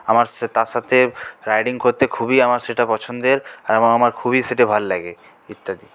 আমার তার সাথে রাইডিং করতে খুবই আমার সেটা পছন্দের এবং আমার খুবই সেটা ভাল লাগে ইত্যাদি